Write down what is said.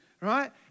Right